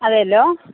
അതേല്ലൊ